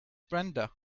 brenda